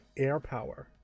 AirPower